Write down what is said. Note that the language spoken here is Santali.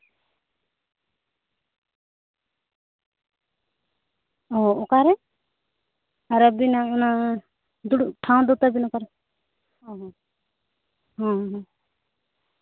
ᱚ ᱚᱠᱟᱨᱮ ᱥᱟᱨᱟ ᱫᱤᱱ ᱚᱱᱟ ᱫᱩᱲᱩᱵ ᱴᱷᱟᱶ ᱫᱚ ᱛᱟᱵᱤᱱ ᱚᱠᱟᱨᱮ ᱚ ᱦᱚ